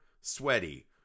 sweaty